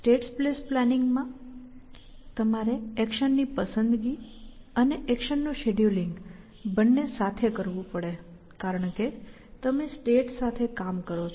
state space planning માં તમારે action ની પસંદગી અને એક્શન નું શેડયુલિંગ બંને સાથે કરવું પડે કારણ કે તમે સ્ટેટ્સ સાથે કામ કરો છો